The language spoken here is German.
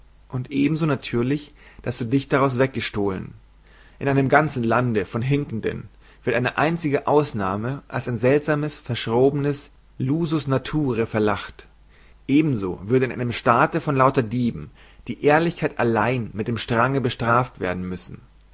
und eben so natürlich daß du dich daraus weggestohlen in einem ganzen lande von hinkenden wird eine einzige ausnahme als ein seltsames verschrobenes lusus naturae verlacht eben so würde in einem staate von lauter dieben die ehrlichkeit allein mit dem strange bestraft werden müssen